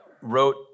wrote